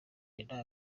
inama